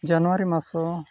ᱡᱟᱱᱣᱟᱨᱤ ᱢᱟᱥ ᱦᱚᱸ